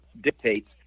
dictates